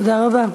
תודה רבה.